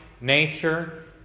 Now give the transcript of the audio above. nature